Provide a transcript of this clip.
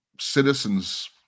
citizens